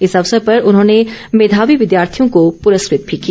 इस अवसर पर उन्होंने मेधावी विद्यार्थियों को पुरस्कृत किया